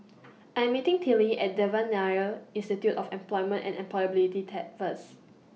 I'm meeting Tillie At Devan Nair Institute of Employment and Employability First